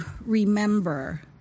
remember